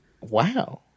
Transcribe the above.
wow